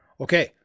Okay